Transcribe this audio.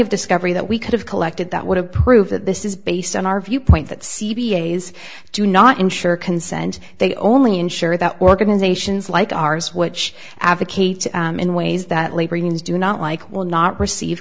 of discovery that we could have collected that would have proved that this is based on our viewpoint that c b s do not insure consent they only ensure that organizations like ours which advocate in ways that labor unions do not like will not receive